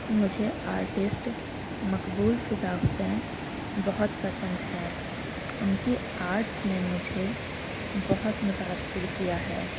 مجھے آرٹسٹ مقبول فدا حسین بہت پسند ہے ان کی آرٹس نے مجھے بہت متاثر کیا ہے